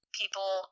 people